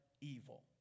evil